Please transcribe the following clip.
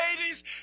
ladies